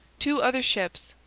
two other ships,